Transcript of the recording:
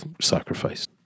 sacrifice